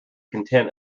content